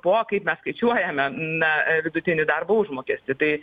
po kaip mes skaičiuojame na vidutinį darbo užmokestį tai